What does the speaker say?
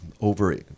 over